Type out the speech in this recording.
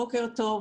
בוקר טוב.